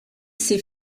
ses